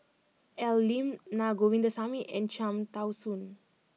Al Lim Na Govindasamy and Cham Tao Soon